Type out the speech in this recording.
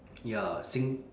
ya sing~